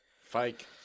fake